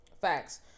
Facts